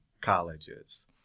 colleges